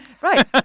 Right